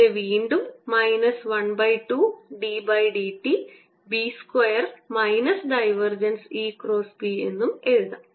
ഇതിനെ വീണ്ടും minus 1 by 2 d by dt B square minus divergence E cross B എന്നെഴുതാം